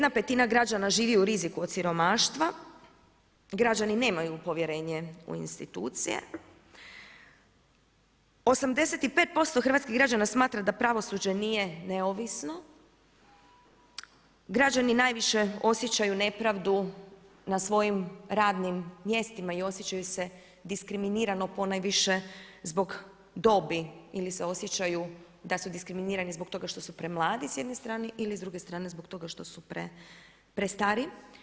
1/5 građana živi u riziku od siromaštva, građani nemaju povjerenje u institucije, 85% hrvatskih građana smatra da pravosuđe nije neovisno, građani najviše osjećaju nepravdu na svojim radnim mjestima i osjećaju se diskriminirano ponajviše zbog dobi ili se osjećaju da su diskriminirani zbog toga što su premladi s jedne strane ili s druge strane, zbog toga što su prestari.